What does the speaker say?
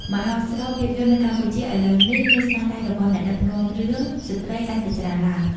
មហោស្រពភាពយន្ដនៅកម្ពុជាឥឡូវនេះមានស្នាដៃរបស់អ្នកដឹកនាំរឿងស្ត្រីកាន់តែច្រើនឡើង។